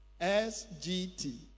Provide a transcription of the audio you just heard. S-G-T